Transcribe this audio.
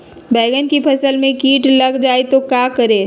बैंगन की फसल में कीट लग जाए तो क्या करें?